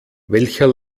welcher